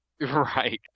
right